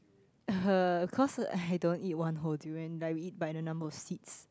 uh cause I don't eat one whole durian like we eat by the number of seeds